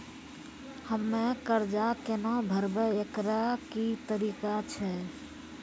हम्मय कर्जा केना भरबै, एकरऽ की तरीका छै?